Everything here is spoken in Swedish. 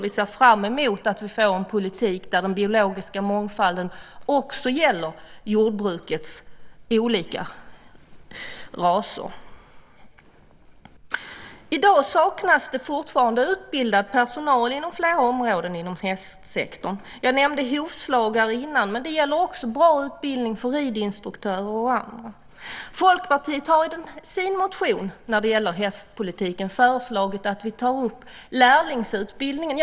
Vi ser fram emot att vi får en politik där den biologiska mångfalden också gäller olika hästraser inom jordbruket. I dag saknas det fortfarande utbildad personal på flera områden inom hästsektorn. Jag nämnde tidigare hovslagare, men det gäller också bra utbildning för ridinstruktörer och andra. Folkpartiet har i sin motion om hästpolitiken föreslagit att vi ska ta upp lärlingsutbildningen.